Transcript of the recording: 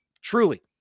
Truly